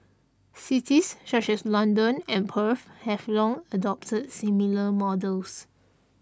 cities such as London and Perth have long adopted similar models